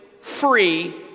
free